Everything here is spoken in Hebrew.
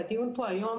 והדיון פה היום